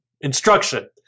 instruction